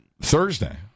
Thursday